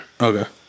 Okay